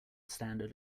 standard